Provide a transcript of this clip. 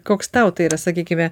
koks tau tai yra sakykime